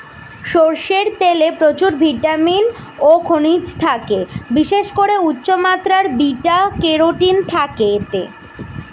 সরষের তেলে প্রচুর ভিটামিন ও খনিজ থাকে, বিশেষ করে উচ্চমাত্রার বিটা ক্যারোটিন থাকে এতে